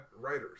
writers